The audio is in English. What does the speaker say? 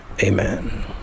Amen